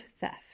theft